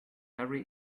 very